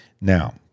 Now